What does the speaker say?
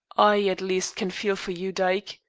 i, at least, can feel for you, dyke,